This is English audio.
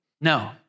No